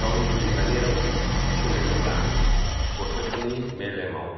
गावनि बिमानि रावजों सोलोङोब्ला गथ'फोरनि मेलेमाव